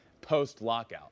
post-lockout